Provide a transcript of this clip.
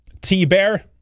T-Bear